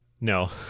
No